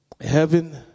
heaven